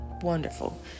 Wonderful